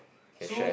can share